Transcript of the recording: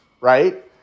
right